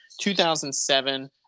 2007